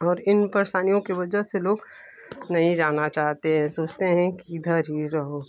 और इन परेशानियों की वजह से लोग नहीं जाना चाहते हैं सोचते हैं कि इधर ही रहो